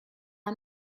are